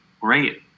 great